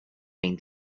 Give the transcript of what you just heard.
been